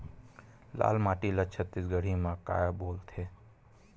लाल माटी ला छत्तीसगढ़ी मा का बोलथे?